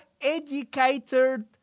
educated